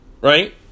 right